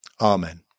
Amen